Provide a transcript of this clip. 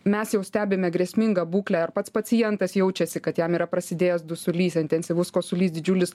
mes jau stebime grėsmingą būklę ar pats pacientas jaučiasi kad jam yra prasidėjęs dusulys intensyvus kosulys didžiulis